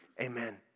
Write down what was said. Amen